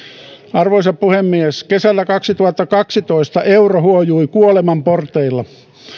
arvoisa puhemies kesällä kaksituhattakaksitoista euro huojui kuoleman porteilla